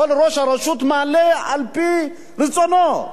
כל ראש רשות מעלה על-פי רצונו.